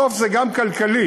בסוף זה גם כלכלי,